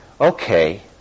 okay